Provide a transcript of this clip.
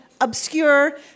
Obscure